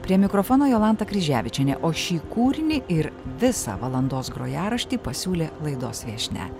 prie mikrofono jolanta kryževičienė o šį kūrinį ir visą valandos grojaraštį pasiūlė laidos viešnia